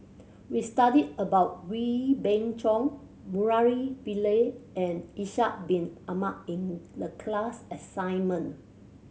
we studied about Wee Beng Chong Murali Pillai and Ishak Bin Ahmad in the class assignment